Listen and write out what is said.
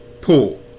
pool